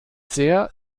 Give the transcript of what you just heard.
sehr